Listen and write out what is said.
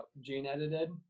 gene-edited